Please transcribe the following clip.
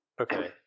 okay